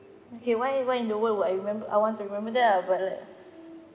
okay why why in the world will I remember I want to remember that lah but like